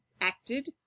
acted